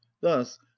thus